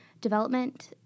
development